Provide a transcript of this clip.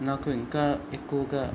నాకు ఇంకా ఎక్కువగా